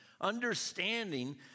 understanding